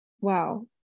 Wow